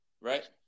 right